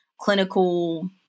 clinical